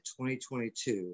2022